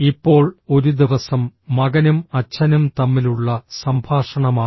ഇപ്പോൾ ഒരു ദിവസം മകനും അച്ഛനും തമ്മിലുള്ള സംഭാഷണമാണ്